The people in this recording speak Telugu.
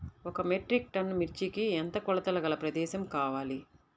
ఒక మెట్రిక్ టన్ను మిర్చికి ఎంత కొలతగల ప్రదేశము కావాలీ?